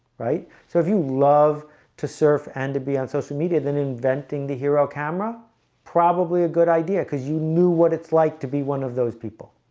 right? so if you love to surf and to be on social media than inventing the hero camera probably a good idea because you knew what it's like to be one of those people